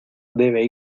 debe